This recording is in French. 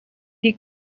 est